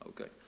okay